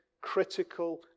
critical